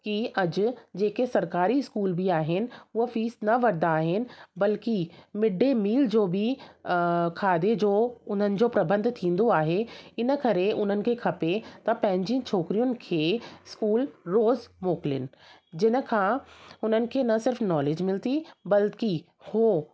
की अॼु जेके सरकारी स्कूल बि आहिनि उहे फीस न वठंदा आहिनि बल्कि मिड डे मील जो बि अ खाधे जो उन्हनि जो प्रबंध थींदो आहे इन करे उन्हनि खे खपे तव्हां पंहिंजी छोकिरियुनि खे स्कूल रोज़ु मोकिलीनि जिनि खां उन्हनि खे न सिर्फ़ु नॉलेज मिलंदी बल्कि हो